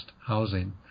housing